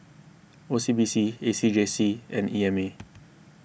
O C B C A C J C and E M A